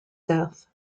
death